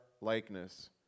likeness